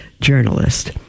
journalist